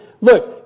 look